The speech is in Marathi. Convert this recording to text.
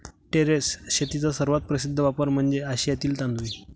टेरेस शेतीचा सर्वात प्रसिद्ध वापर म्हणजे आशियातील तांदूळ